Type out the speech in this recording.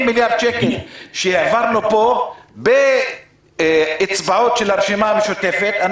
80 מיליארד שקל שהעברנו פה באצבעות של הרשימה המשותפת,